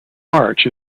march